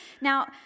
Now